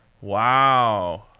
Wow